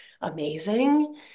amazing